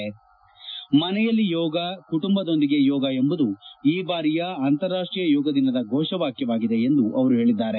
ಮನೆಯಲ್ಲಿ ಯೋಗ ಕುಟುಂಬದೊಂದಿಗೆ ಯೋಗ ಎಂಬುದು ಈ ಬಾರಿಯ ಅಂತಾರಾಷ್ಟೀಯ ಯೋಗದಿನದ ಘೋಷವಾಕ್ಷವಾಗಿದೆ ಎಂದು ಅವರು ಹೇಳಿದ್ದಾರೆ